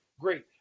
Great